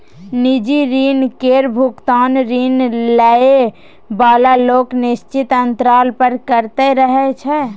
निजी ऋण केर भोगतान ऋण लए बला लोक निश्चित अंतराल पर करैत रहय छै